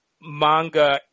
manga